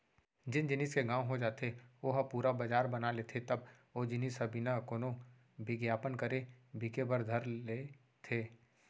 जेन जेनिस के नांव हो जाथे ओ ह पुरा बजार बना लेथे तब ओ जिनिस ह बिना कोनो बिग्यापन करे बिके बर धर लेथे